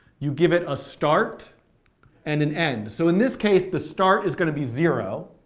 you give it a start and an end. so in this case the start is going to be zero.